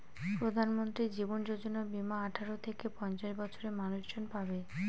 প্রধানমন্ত্রী জীবন যোজনা বীমা আঠারো থেকে পঞ্চাশ বছরের মানুষজন পাবে